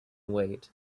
wait